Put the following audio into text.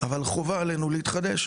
אבל חובה עלינו להתחדש.